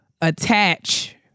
attach